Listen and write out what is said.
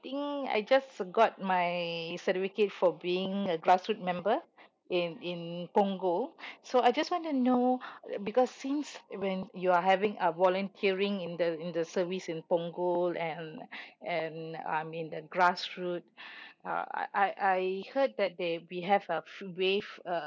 think I just got my certificate for being a grassroot member in in punggol so I just want to know like because since when you are having a volunteering in the in the service in punggol and and I'm in the grassroot uh I I I heard that they we have a fee waive uh